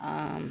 um